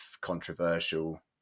controversial